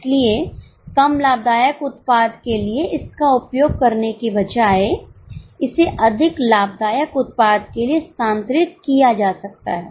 इसलिए कम लाभदायक उत्पाद के लिए इसका उपयोग करने के बजाय इसे अधिक लाभदायक उत्पाद के लिए स्थानांतरित किया जा सकता है